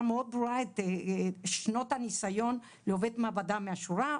מאוד ברורה שנות הניסיון לעובד מעבדה מהשורה,